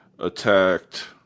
attacked